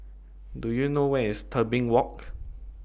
Do YOU know Where IS Tebing Walk